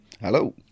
Hello